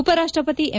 ಉಪರಾಷ್ಟ ಪತಿ ಎಂ